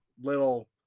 little